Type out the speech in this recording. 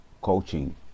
coaching